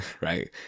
right